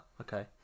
okay